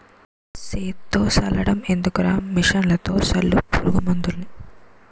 సేత్తో సల్లడం ఎందుకురా మిసన్లతో సల్లు పురుగు మందులన్నీ